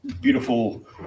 beautiful